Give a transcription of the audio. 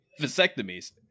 vasectomies